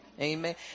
Amen